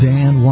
Dan